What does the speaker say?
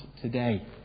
today